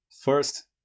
first